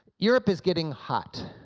europe is getting hot.